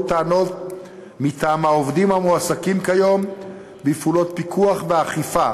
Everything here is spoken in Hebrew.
טענות מטעם העובדים המועסקים כיום בפעולות פיקוח ואכיפה